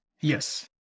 Yes